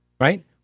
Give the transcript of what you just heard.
right